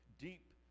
deep